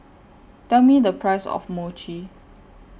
Tell Me The Price of Mochi